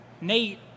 Nate